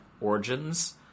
Origins